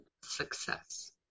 success